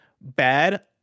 bad